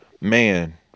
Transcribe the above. man